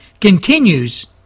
continues